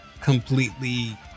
completely